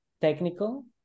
technical